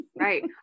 Right